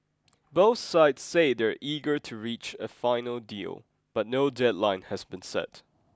both sides say they are eager to reach a final deal but no deadline has been set